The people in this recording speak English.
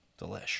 Delish